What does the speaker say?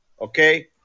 Okay